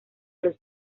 los